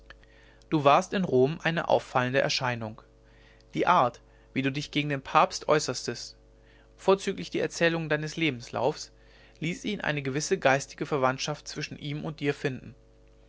du warst in rom eine auffallende erscheinung die art wie du dich gegen den papst äußertest vorzüglich die erzählung deines lebenslaufs ließ ihn eine gewisse geistige verwandtschaft zwischen ihm und dir finden